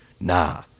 Nah